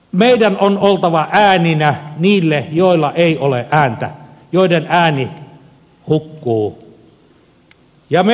meidän on oltava ääninä niille joilla ei ole ääntä joiden ääni hukkuu